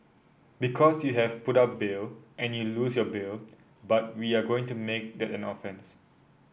because you have put up bail and you lose your bail but we are going to make that an offence